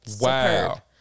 Wow